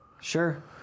Sure